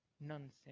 nonsense